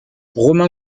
romain